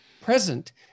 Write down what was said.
present